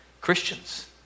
Christians